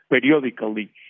periodically